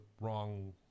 wrong